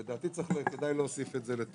לדעתי כדאי להוסיף את זה, את